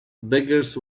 beggars